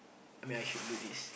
I mean I should do this